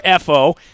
fo